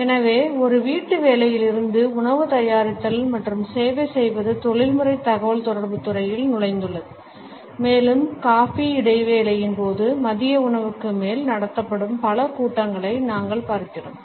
எனவே ஒரு வீட்டு வேலையில் இருந்து உணவு தயாரித்தல் மற்றும் சேவை செய்வது தொழில்முறை தகவல்தொடர்பு துறையில் நுழைந்துள்ளது மேலும் காபி இடைவேளையின் போது மதிய உணவுக்கு மேல் நடத்தப்படும் பல கூட்டங்களை நாங்கள் பார்க்கிறோம்